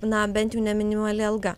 na bent jau ne minimali alga